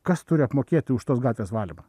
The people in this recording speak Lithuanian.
kas turi apmokėti už tos gatvės valymą